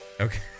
Okay